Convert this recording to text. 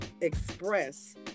express